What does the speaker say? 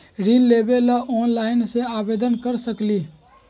ऋण लेवे ला ऑनलाइन से आवेदन कर सकली?